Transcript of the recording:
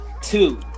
two